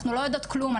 אנחנו לא יודעות כלום,